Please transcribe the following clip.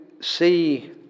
see